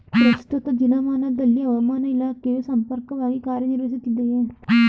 ಪ್ರಸ್ತುತ ದಿನಮಾನದಲ್ಲಿ ಹವಾಮಾನ ಇಲಾಖೆಯು ಸಮರ್ಪಕವಾಗಿ ಕಾರ್ಯ ನಿರ್ವಹಿಸುತ್ತಿದೆಯೇ?